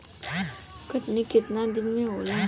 कटनी केतना दिन मे होला?